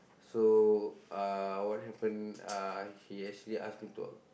so uh what happen uh he actually ask me to